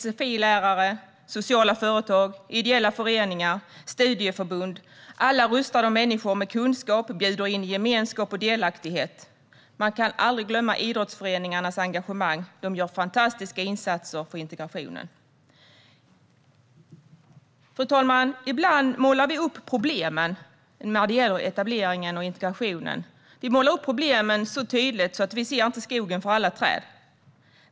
Sfi-lärare, sociala företag, ideella föreningar, studieförbund rustar människor med kunskap och bjuder in människor till gemenskap och delaktighet. Man får aldrig heller glömma idrottsföreningarnas engagemang. De gör fantastiska insatser för integrationen. Fru talman! Ibland målar vi upp problemen när det gäller etableringen och integrationen så tydligt att vi inte ser skogen för alla träd.